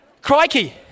crikey